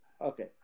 Okay